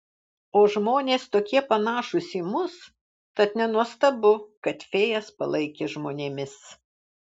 o žmonės tokie panašūs į mus tad nenuostabu kad fėjas palaikė žmonėmis